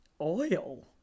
Oil